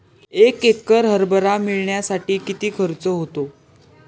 एक एकर हरभरा मळणीसाठी किती खर्च होतो?